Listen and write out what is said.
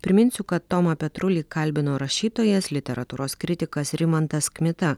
priminsiu kad tomą petrulį kalbino rašytojas literatūros kritikas rimantas kmita